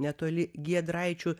netoli giedraičių